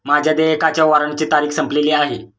माझ्या देयकाच्या वॉरंटची तारीख संपलेली आहे